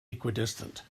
equidistant